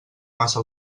massa